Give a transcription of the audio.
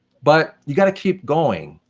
but you've got to keep going.